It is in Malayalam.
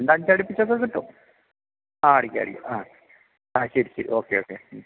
എന്താണെന്നുവച്ചാല് അടിപ്പിച്ചൊക്കെ കിട്ടും ആ അടിക്കാം അടിക്കാം ആ ആ ശരി ശരി ഓക്കെ ഓക്കെ